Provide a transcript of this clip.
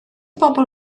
bobl